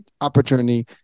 opportunity